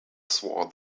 swore